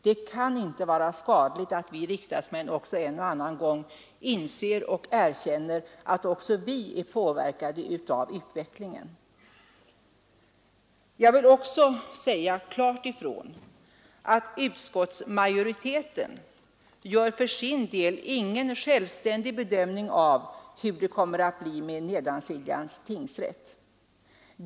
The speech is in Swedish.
Det kan inte vara skadligt att också vi riksdagsmän en och annan gång inser och erkänner att vi är påverkade av utvecklingen. Jag vill också klart säga ifrån att utskottsmajoriteten för sin del inte gör någon självständig bedömning av hur det kommer att bli med Nedansiljans tingsrätt.